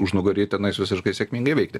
užnugarį tenais visiškai sėkmingai veikti